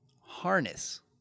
harness